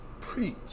Preach